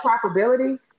probability